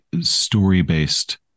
story-based